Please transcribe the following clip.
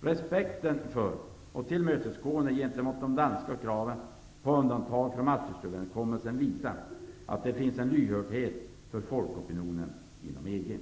Respekten för och tillmötesgåendet av de danska kraven på undantag från Maastrichtöverenskommelsen visar att det finns en lyhördhet för folkopinion inom EG.